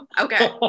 Okay